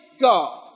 God